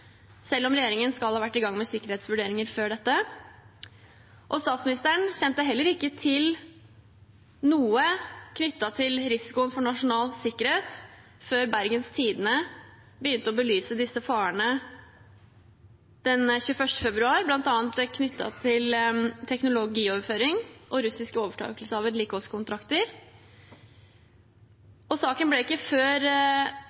selv om regjeringen skal ha vært i gang med sikkerhetsvurderinger før dette. Statsministeren kjente heller ikke til noe knyttet til risikoen for nasjonal sikkerhet før Bergens Tidende begynte å belyse disse farene den 21. februar, bl.a. knyttet til teknologioverføring og russisk overtakelse av